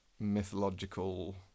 Mythological